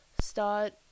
start